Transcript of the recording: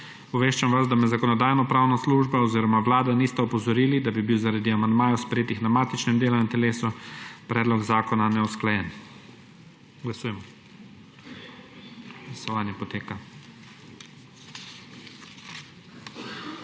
Obveščam vas, da me Zakonodajno-pravna služba oziroma Vlada niste opozorili, da bi bil, zaradi amandmajev, sprejetih na matičnem delovnem telesu, predlog zakona neusklajen. Glasujemo. Navzočih